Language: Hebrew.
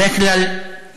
בדרך כלל אנחנו,